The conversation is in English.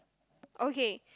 okay